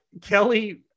Kelly